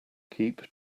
keep